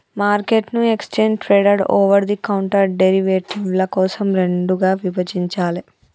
మార్కెట్ను exchange traded, over the counter డెరివేటివ్ల కోసం రెండుగా విభజించాలే